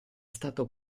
stato